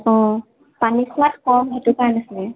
অঁ পানী খোৱাত কম সেইটো কাৰণে আছিলে